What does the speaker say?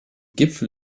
gipfel